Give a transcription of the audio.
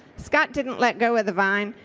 scott didn't let go of the vine,